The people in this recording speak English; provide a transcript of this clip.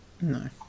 No